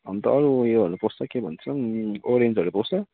अन्त अरू उयोहरू जस्तो के भन्छ ओरेन्जहरू पाउँछ